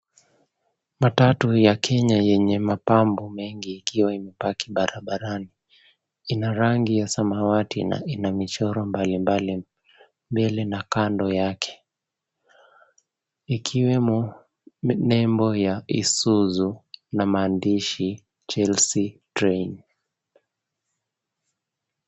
Matatu ya Kenya yenye mapambo mengi imeparki barabarani. Ina rangi ya samawati na ina michoro mbalimbali, mbele na kando yake, ikiwemo nembo ya Isuzu na maandishi Chelsea (cs) train (cs).